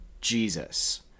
Jesus